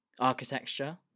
Architecture